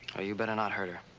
oh, you better not hurt her.